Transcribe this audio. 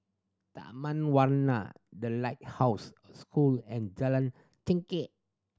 Taman Warna The Lighthouse School and Jalan Chengkek